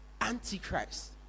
Antichrist